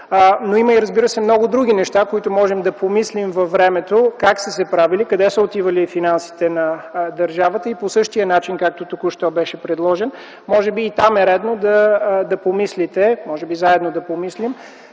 Но има, разбира се, и много други неща, върху които можем да помислим във времето - как са се правили, къде са отивали финансите на държавата, и по същия начин, както току-що беше предложено, може би там е редно да помислите, може би заедно да помислим,